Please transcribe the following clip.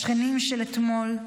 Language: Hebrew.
השכנים של אתמול,